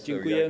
Dziękuję.